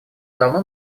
давно